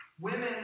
Women